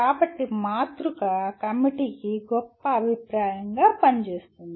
కాబట్టి మాతృక కమిటీకి గొప్ప అభిప్రాయంగా పనిచేస్తుంది